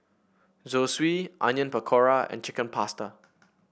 Zosui Onion Pakora and Chicken Pasta